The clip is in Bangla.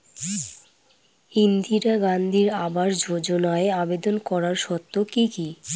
ইন্দিরা গান্ধী আবাস যোজনায় আবেদন করার শর্ত কি কি?